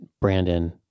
Brandon